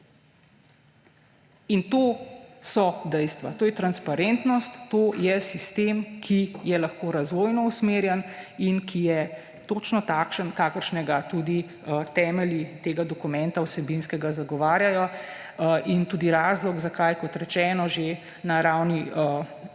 To so dejstva, to je transparentnost, to je sistem, ki je lahko razvojno usmerjen in ki je točno takšen, kakršnega tudi temelji tega vsebinskega dokumenta zagotavljajo. Tudi razlog, zakaj. Kot rečeno, že na ravni